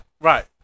Right